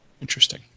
Interesting